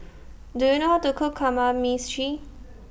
Do YOU know How to Cook Kamameshi